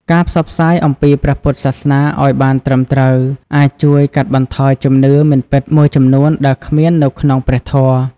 ការផ្សព្វផ្សាយអំពីព្រះពុទ្ធសាសនាឱ្យបានត្រឹមត្រូវ អាចជួយកាត់បន្ថយជំនឿមិនពិតមួយចំនួនដែលគ្មាននៅក្នុងព្រះធម៌។